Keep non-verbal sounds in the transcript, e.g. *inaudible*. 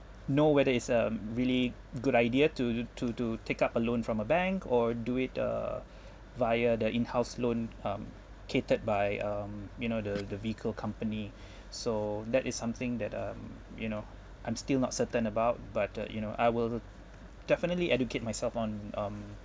know whether it's um really good idea to to to to to take up a loan from a bank or do it uh *breath* via the in-house loan um catered by um you know the the vehicle company *breath* so that is something that um you know I'm still not certain about but uh you know I will definitely educate myself on um